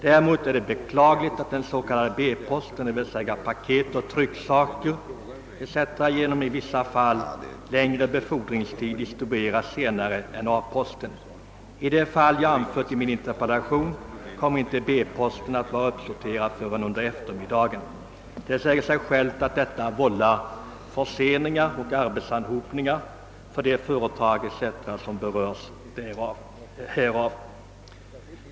Däremot är det beklagligt att den s.k. B-posten, d.v.s. paket, trycksaker etc., genom i vissa fall längre befordringstid distribueras senare än A-posten. I det fall jag anfört i min interpellation kommer B posten inte att vara uppsorterad förrän under eftermiddagen. Det säger sig självt att detta vållar förseningar och arbetsanhopningar för de företag m.fl. som berörs härav.